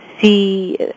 see